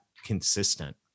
consistent